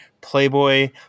playboy